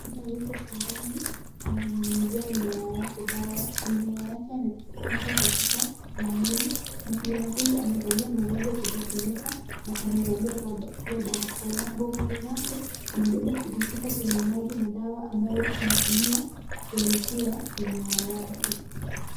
Mkulima yupo shambani ananyunyuzia mimea yake dawa. Mimea yake yamepandwa katika laini. Mkulima huyu amevaa mavazi ya kujifunika na amevalia pia barakoa. Mgongoni mwake amebeba kijichupa chenye maji na dawa ambayo anayotumia kupulizia mimea yake.